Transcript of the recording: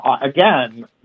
again